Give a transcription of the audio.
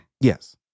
Yes